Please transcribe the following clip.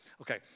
Okay